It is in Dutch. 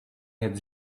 het